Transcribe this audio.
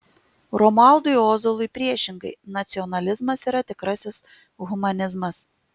romualdui ozolui priešingai nacionalizmas yra tikrasis humanizmas